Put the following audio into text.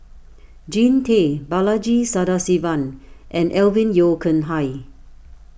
Jean Tay Balaji Sadasivan and Alvin Yeo Khirn Hai